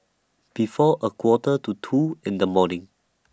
before A Quarter to two in The morning